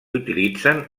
utilitzen